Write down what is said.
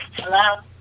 Hello